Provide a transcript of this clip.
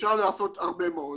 אפשר לעשות הרבה מאוד.